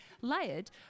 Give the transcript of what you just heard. layered